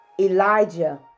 Elijah